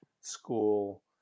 School